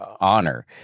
honor